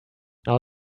now